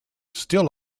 still